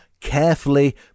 carefully